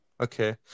okay